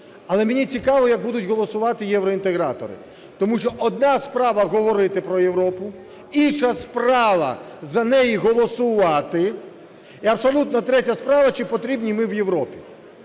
Але мені цікаво, як будуть голосувати євроінтегратори, тому що одна справа - говорити про Європу, інша справа - за неї голосувати, і абсолютно третя справа, чи потрібні ми в Європі.